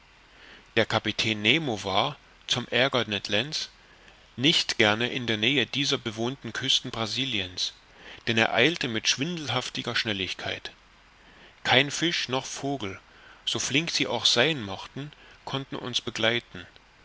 der kapitän nemo war zum aerger ned lands nicht gerne in der nähe dieser bewohnten küsten brasiliens denn er eilte mit schwindelhafter schnelligkeit kein fisch noch vogel so flink sie auch sein mochten konnten uns begleiten